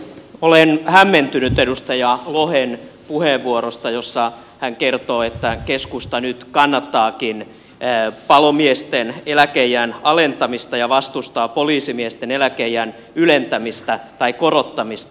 olen hämmentynyt edustaja lohen puheenvuorosta jossa hän kertoo että keskusta nyt kannattaakin palomiesten eläkeiän alentamista ja vastustaa poliisimiesten eläkeiän korottamista